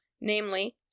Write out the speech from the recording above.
namely